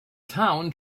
town